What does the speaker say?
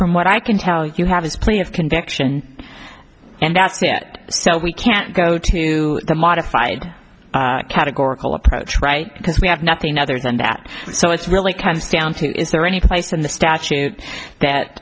from what i can tell you have is plenty of convection and that's it so we can't go to the modified categorical approach right because we have nothing other than that so it's really comes down to is there any place in the statute